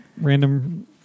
random